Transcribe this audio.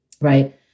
Right